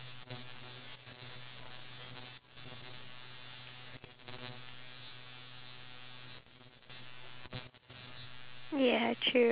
ya so if I were to bring one thing then I will bring those straws back into the past so that I will give out to the people in the village and then I would